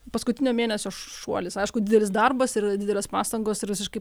paskutinio mėnesio šuolis aišku didelis darbas ir didelės pastangos ir visiškai